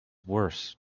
worse